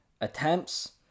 attempts